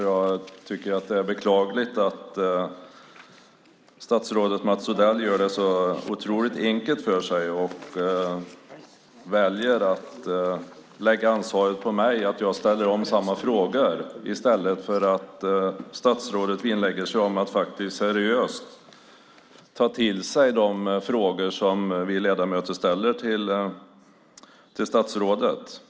Jag tycker att det är beklagligt att statsrådet Mats Odell gör det så otroligt enkelt för sig och väljer att lägga ansvaret på mig och säger att jag ställer samma frågor i stället för att vinnlägga sig om att seriöst ta till sig de frågor som vi ledamöter ställer till statsrådet.